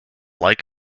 like